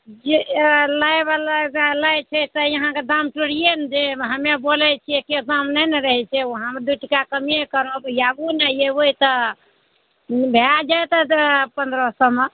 लैवला जे लै छै तऽ अहाँकेँ दाम तोड़िए ने देब हमे बोलै छिए एक्के दाम नहि ने रहै छै हम दुइ टका कमे करब आबू ने अएबै तऽ भए जाएत पनरह सओमे